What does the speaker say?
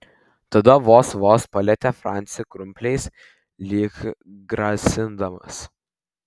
tada vos vos palietė francį krumpliais lyg grasindamas